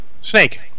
snake